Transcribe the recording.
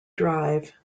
drive